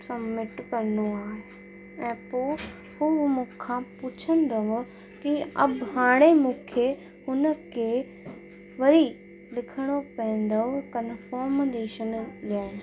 submit करिणो आहे ऐं पोइ हू मूंखां पुछंदव कि अब हाणे मूंखे हुन खे वरी लिखणो पवंदव कंफॉर्मोलेशन लाइ